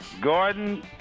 Gordon